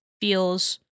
feels